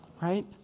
Right